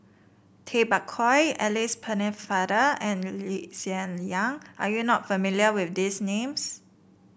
Tay Bak Koi Alice Pennefather and Lee Hsien Yang are you not familiar with these names